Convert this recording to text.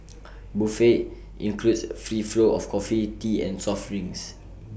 buffet includes free flow of coffee tea and soft drinks